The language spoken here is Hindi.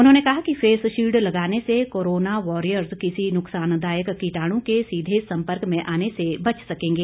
उन्होंने कहा कि फेस शील्ड लगाने से कोरोना वारियर्स किसी नुकसान दायक कीटाणु के सीधे संपर्क में आने से बच सकेंगे